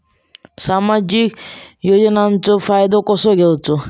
सामाजिक योजनांचो फायदो कसो घेवचो?